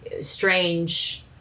strange